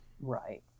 Right